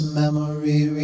memory